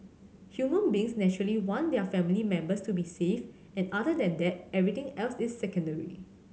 human beings naturally want their family members to be safe and other than that everything else is secondary